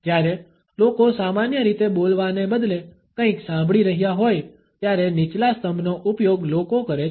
જ્યારે લોકો સામાન્ય રીતે બોલવાને બદલે કંઇક સાંભળી રહ્યા હોય ત્યારે નીચલા સ્તંભનો ઉપયોગ લોકો કરે છે